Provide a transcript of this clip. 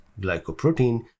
glycoprotein